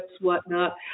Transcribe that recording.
whatnot